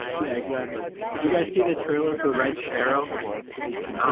yeah exactly did you guys see the trailer for red sparrow